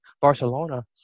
barcelona